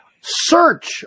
search